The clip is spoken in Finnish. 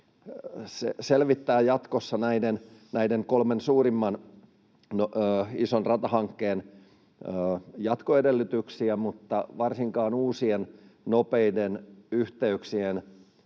selvittää jatkossa näiden kolmen suurimman ratahankkeen jatkoedellytyksiä, mutta varsinkin uusien nopeiden yhteyksien